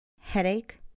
headache